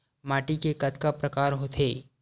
माटी के कतका प्रकार होथे?